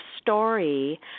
story